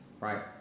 Right